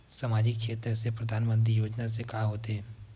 सामजिक क्षेत्र से परधानमंतरी योजना से का होथे?